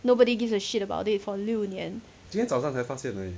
nobody gives a shit about it for 六年